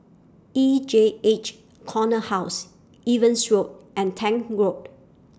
E J H Corner House Evans Road and Tank Road